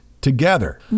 together